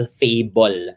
fable